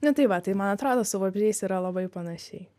na tai va tai man atrodo su vabzdžiais yra labai panašiai